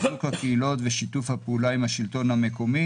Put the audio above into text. חיזוק הקהילות ושיתוף הפעולה עם השלטון המקומי,